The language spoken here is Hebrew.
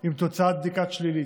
עם תוצאת בדיקה שלילית.